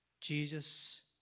Jesus